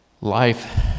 life